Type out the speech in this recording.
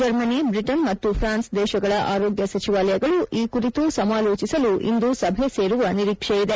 Germany Britain ಮತ್ತು France ದೇಶಗಳ ಆರೋಗ್ಯ ಸಚಿವಾಲಯಗಳು ಈ ಕುರಿತು ಸಮಾಲೋಚಿಸಲು ಇಂದು ಸಭೆ ಸೇರುವ ನಿರೀಕ್ಷೆ ಇದೆ